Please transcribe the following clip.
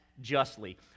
justly